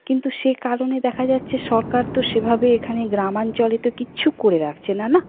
কিন্তু সেই কারণে দেখা যাচ্ছে সরকার তো সেভাবে এখানে গ্রামাঞ্চলে তো কিচ্ছু করে রাখছে না না